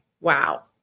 wow